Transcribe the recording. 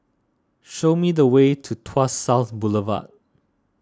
show me the way to Tuas South Boulevard